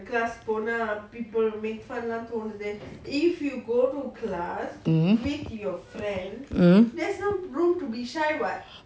mm mm